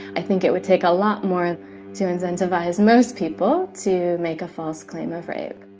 i think it would take a lot more to incentivize most people to make a false claim of rape